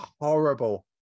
horrible